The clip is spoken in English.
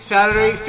Saturday